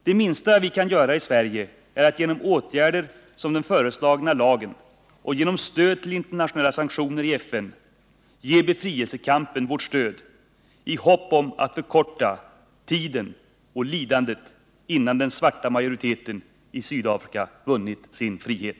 Det minsta vi kan göra i Sverige är att genom åtgärder som den föreslagna och genom stöd i FN till internationella sanktioner ge befrielsekampen vårt stöd i hopp om att kunna förkorta tiden och lidandet intill dess den svarta majoriteten i Sydafrika vunnit sin frihet.